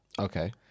okay